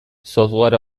software